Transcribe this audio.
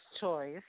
choice